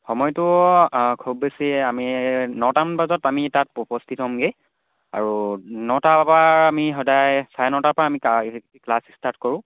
সময়টো খুব বেছি আমি নটামান বজাত আমি তাত উপস্থিত হ'মগৈ আৰু নটাৰপৰা আমি সদায় চাৰে নটাৰপৰা আমি ক্লাছ ষ্টাৰ্ট কৰোঁ